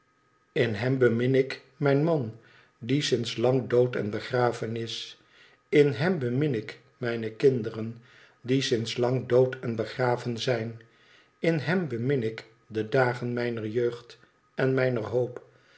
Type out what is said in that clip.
in hem bemin ik mijn man die sinds lang dood en begraven is in hem bemin ik mijne kinderen die sinds lang dood en begraven zijn in hem bemin ik de dagen mijner jeugd en mijner hoop